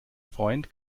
freund